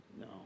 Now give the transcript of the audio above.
No